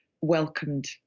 welcomed